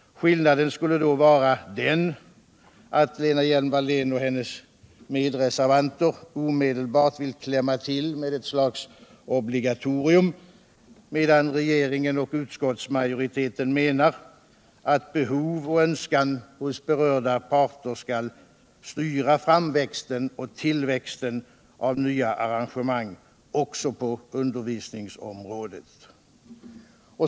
Skillnaden skulle då vara den att Lena Hjelm-Wallén och hennes medreservanter omedelbart vill klämma till med ett slags obligatorium, medan regeringen och utskottsmajoriteten menar att behov och önskan hos berörda parter skall styra framväxten och tillväxten av nya arrangemang också på undervisningsområdet.